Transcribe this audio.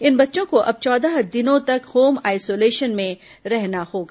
इन बच्चों को अब चौदह दिनों तक होम आईसोलेशन में रहना होगा